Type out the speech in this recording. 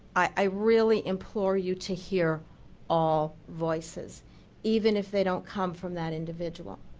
i really implore you to hear all voices even if they don't come from that individual.